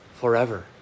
forever